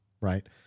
Right